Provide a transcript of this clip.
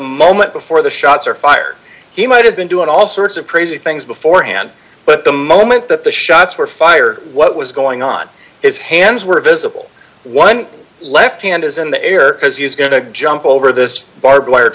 moment before the shots are fired he might have been doing all sorts of crazy things beforehand but the moment that the shots were fired what was going on his hands were visible one left hand is in the air because he's going to jump over this barbed wire